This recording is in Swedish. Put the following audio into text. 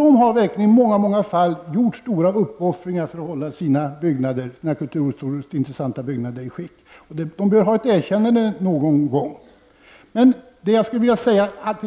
De har verkligen i många fall gjort stora uppoffringar för att hålla sina kulturhistoriskt intessanta byggnader i skick. De bör ha ett erkännande någon gång. Det jag allra sist skulle vilja säga är att